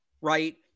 Right